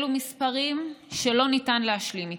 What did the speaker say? אלה מספרים שלא ניתן להשלים איתם.